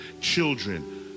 children